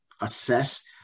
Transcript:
assess